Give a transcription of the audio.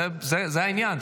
זה העניין,